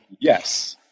yes